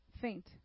faint